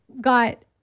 got